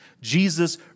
Jesus